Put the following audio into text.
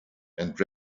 and